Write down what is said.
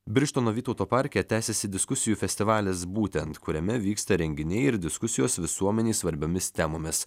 birštono vytauto parke tęsiasi diskusijų festivalis būtent kuriame vyksta renginiai ir diskusijos visuomenei svarbiomis temomis